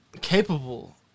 capable